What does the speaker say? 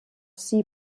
sie